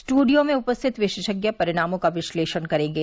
studio में उपस्थित विशेषज्ञ परिणामों का विश्लेषण करेंगे